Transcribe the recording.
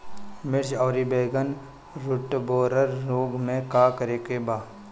मिर्च आउर बैगन रुटबोरर रोग में का करे के बा?